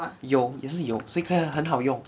有也是有所以很好用